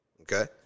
okay